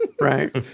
Right